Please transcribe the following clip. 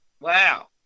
wow